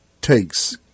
takes